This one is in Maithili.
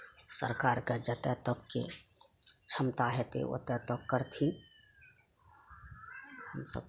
सरकार के जतै तकके क्षमता हेतै ओतै तक करथिन हम सब